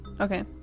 Okay